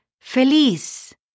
feliz